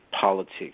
politics